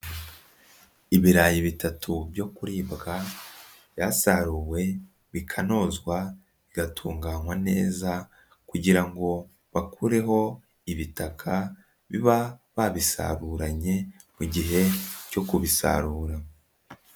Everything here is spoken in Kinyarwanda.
Ibirayi bitatu byo kuribwa byasaruwe, bikanozwa, bigatunganywa neza kugira ngo bakureho ibitaka biba babisaruranye mu gihe cyo kubisarura.